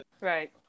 right